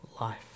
life